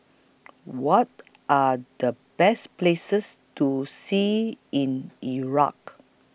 What Are The Best Places to See in Iraq